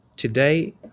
Today